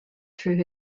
through